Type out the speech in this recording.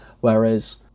Whereas